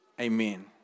Amen